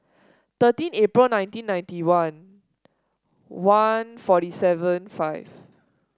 thirteen April nineteen ninety one one forty seven five